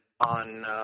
on